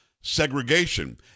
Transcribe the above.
segregation